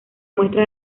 muestra